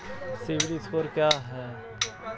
CIBIL score क्या है?